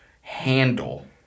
handle